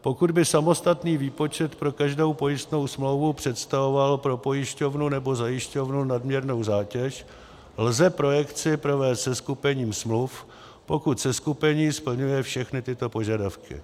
Pokud by samostatný výpočet pro každou pojistnou smlouvu představoval pro pojišťovnu nebo zajišťovnu nadměrnou zátěž, lze projekci provést seskupením smluv, pokud seskupení splňuje všechny tyto požadavky: